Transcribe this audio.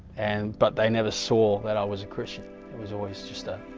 and but they, never saw. that i was a christian it was always just that